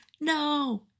No